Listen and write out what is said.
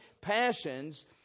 passions